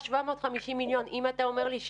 האימונים האלה חשפו בפנינו חולשות בסיסיות